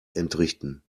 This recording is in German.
entrichten